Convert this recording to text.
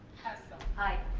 hessel? aye.